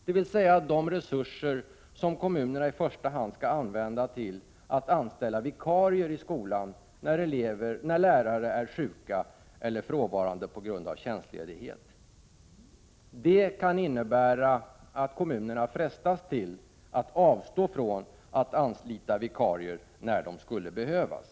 Det är de resurser som kommunerna i första hand skulle använda till att anställa vikarier i skolan när lärare är sjuka eller frånvarande på grund av tjänstledighet. Det kan innebära att kommunerna frestas till att avstå från att anlita vikarier när de skulle behövas.